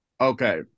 Okay